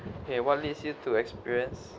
okay what leads you to experience